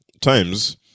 times